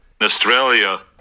Australia